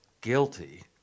guilty